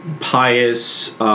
pious